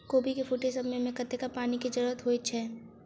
कोबी केँ फूटे समय मे कतेक पानि केँ जरूरत होइ छै?